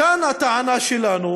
מכאן הטענה שלנו,